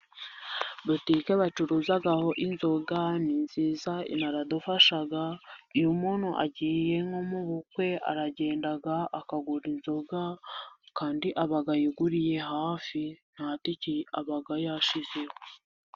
Butike bacuruzaho inzoga ni nziza, iradufasha yo umuntu agiye nko mu bukwe, aragenda akagura inzoga kandi aba yuguriye hafi, ntatike aba yashize.